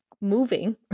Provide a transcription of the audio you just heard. moving